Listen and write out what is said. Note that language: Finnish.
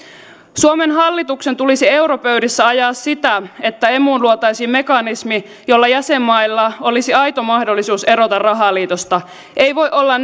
suomen hallituksen tulisi europöydissä ajaa sitä että emuun luotaisiin mekanismi jolla jäsenmailla olisi aito mahdollisuus erota rahaliitosta ei voi olla